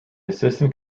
assistant